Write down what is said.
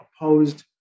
opposed